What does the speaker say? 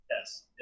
Yes